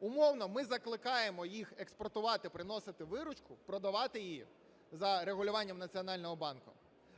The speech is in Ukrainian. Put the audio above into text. Умовно, ми закликаємо їх експортувати, приносити виручку, продавати її за регулюванням Національного банку,